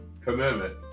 commitment